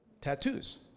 Tattoos